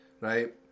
right